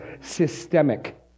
systemic